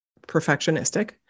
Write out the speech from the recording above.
perfectionistic